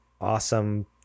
awesome